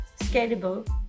scalable